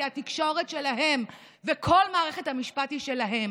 כי התקשורת שלהם וכל מערכת המשפט היא שלהם,